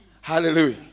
Hallelujah